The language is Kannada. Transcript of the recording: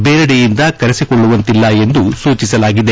ಬೇರೆಡೆಯಿಂದ ಕರೆಸಿಕೊಳ್ಳುವಂತಿಲ್ಲ ಎಂದು ಸೂಚಿಸಲಾಗಿದೆ